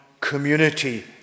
community